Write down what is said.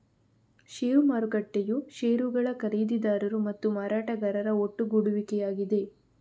ಷೇರು ಮಾರುಕಟ್ಟೆಯು ಷೇರುಗಳ ಖರೀದಿದಾರರು ಮತ್ತು ಮಾರಾಟಗಾರರ ಒಟ್ಟುಗೂಡುವಿಕೆಯಾಗಿದೆ